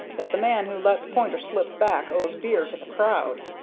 that the man who lets pointer slip back owes beer to the crowd.